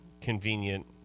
convenient